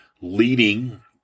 leading